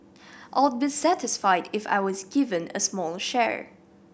I'd be satisfied if I was given a small share